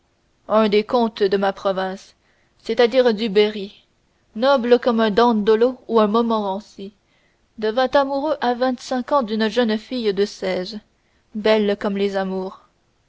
un des comtes de ma province c'est-à-dire du berry noble comme un dandolo ou un montmorency devint amoureux à vingt-cinq ans d'une jeune fille de seize belle comme les amours